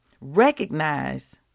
recognize